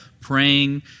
praying